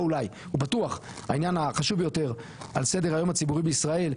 לא אולי הוא בטוח העניין החשוב ביותר על סדר היום הציבורי בישראל,